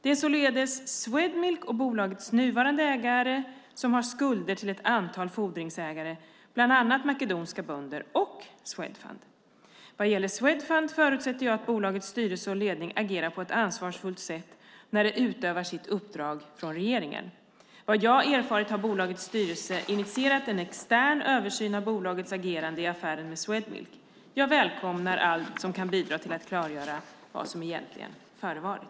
Det är således Swedmilk och bolagets nuvarande ägare som har skulder till ett antal fordringsägare, bland annat makedoniska bönder och Swedfund. Vad gäller Swedfund förutsätter jag att bolagets styrelse och ledning agerar på ett ansvarsfullt sätt när det utövar sitt uppdrag från regeringen. Vad jag erfarit har bolagets styrelse initierat en extern översyn av bolagets agerande i affären med Swedmilk. Jag välkomnar allt som kan bidra till att klargöra vad som egentligen förevarit.